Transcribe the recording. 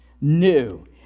new